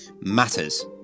matters